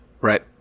right